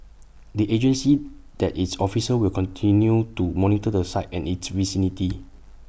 the agency that its officers will continue to monitor the site and its vicinity